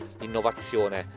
l'innovazione